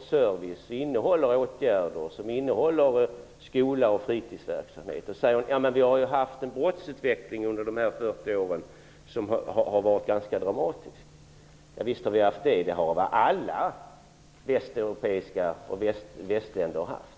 service, åtgärder, skola och fritidsverksamhet. Hon säger att vi haft en brottsutveckling under dessa 40 år som har varit ganska dramatisk. Visst har vi haft det. Det har alla västeuropéiska länder och västländer haft.